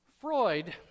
Freud